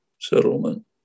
settlement